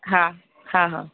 હા હા હા